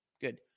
good